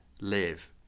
live